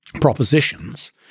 propositions